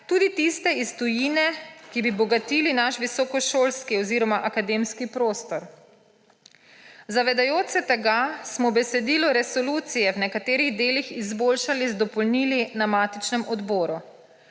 tudi tiste iz tujine, ki bi bogatili naš visokošolski oziroma akademski prostor. Zavedajoč se tega, smo besedilo resolucije v nekaterih delih izboljšali z dopolnili na matičnem odboru.